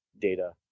data